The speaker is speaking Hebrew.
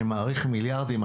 מעריך מיליארדים.